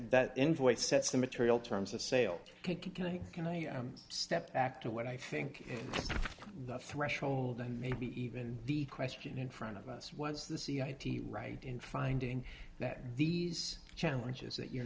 that envoy sets the material terms of sale can i can i step back to what i think the threshold and maybe even the question in front of us was the cia right in finding that these challenges that you're